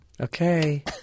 Okay